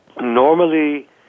normally